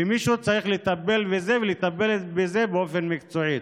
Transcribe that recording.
ומישהו צריך לטפל בזה, ולטפל בזה באופן מקצועי.